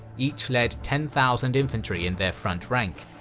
each led ten thousand infantry in their front rank,